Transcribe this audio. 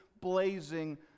blazing